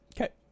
Okay